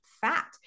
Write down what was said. fat